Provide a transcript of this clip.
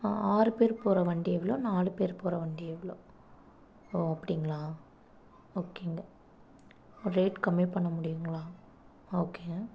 ஆ ஆறுப்பேர் போகிற வண்டி எவ்வளோ நாலுப்பேர் போகிற வண்டி எவ்வளோ ஓ அப்படிங்களா ஓகேங்க ரேட் கம்மி பண்ண முடியுங்களா ஓகே